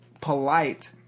polite